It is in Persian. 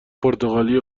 پرتغالی